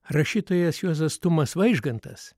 rašytojas juozas tumas vaižgantas